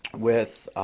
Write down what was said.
with